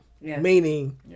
Meaning